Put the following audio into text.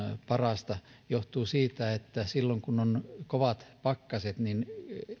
parasta johtuu siitä että silloin kun on kovat pakkaset niin